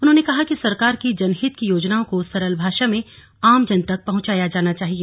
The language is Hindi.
उन्होंने कहा कि सरकार की जनहित की योजनाओं को सरल भाषा में आमजन तक पहुंचाया जाना चाहिए